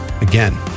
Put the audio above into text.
again